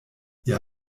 ihr